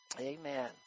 amen